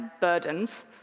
burdens